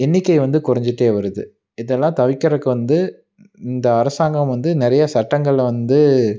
எண்ணிக்கை வந்து குறைஞ்சிட்டே வருது இதெல்லாம் தவிர்க்கிறக்கு வந்து இந்த அரசாங்கம் வந்து நிறைய சட்டங்களை வந்து